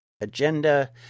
Agenda